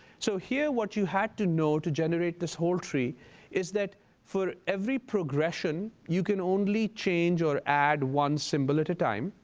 so here what you had to know to generate this whole tree is that for every progression you can only change or add one symbol at a time.